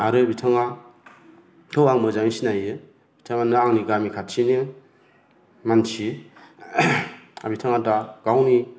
आरो बिथाङा खौ आं मोजाङैनो सिनायो बिथाङानो आंनि गामि खाथिनिनो मानसि दा बिथाङा दा गावनि